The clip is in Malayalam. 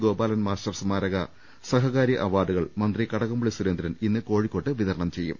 ഗോപാലൻ മാസ്റ്റർ സ്മാരക സഹകാരി അവാർഡുകൾ മന്ത്രി കടകംപള്ളി സുരേന്ദ്രൻ ഇന്ന് കോഴിക്കോട്ട് വിതരണം ചെയ്യും